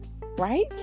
right